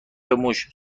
موش